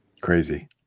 Crazy